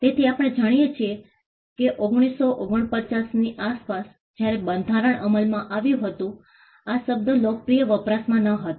તેથી આપણે જાણીએ છીએ કે 1949 ની આસપાસ જ્યારે બંધારણ અમલમાં આવ્યું હતું આ શબ્દ લોકપ્રિય વપરાશમાં નહોતો